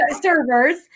servers